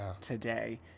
today